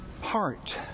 heart